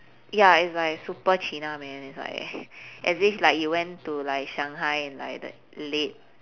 ya it's like super cheena man it's like as if like you went to like shanghai in like the late